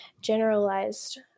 generalized